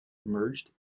merged